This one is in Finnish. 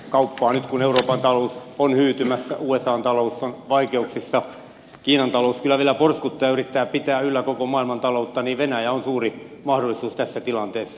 nyt kun euroopan talous on hyytymässä usan talous on vaikeuksissa kiinan talous kyllä vielä porskuttaa ja yrittää pitää yllä koko maailmantaloutta niin venäjä on suuri mahdollisuus tässä tilanteessa